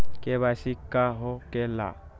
KYC का हो के ला?